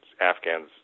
Afghans